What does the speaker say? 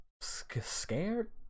scared